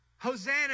Hosanna